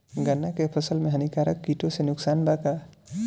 गन्ना के फसल मे हानिकारक किटो से नुकसान बा का?